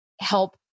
help